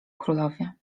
królowie